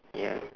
ya